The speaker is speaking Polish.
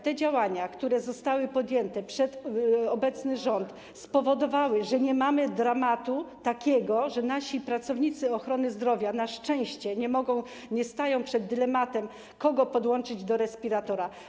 Te działania, które zostały podjęte przez obecny rząd, spowodowały, że nie mamy takiego dramatu, że nasi pracownicy ochrony zdrowia na szczęście nie stają przed dylematem, kogo podłączyć do respiratora.